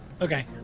Okay